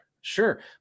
sure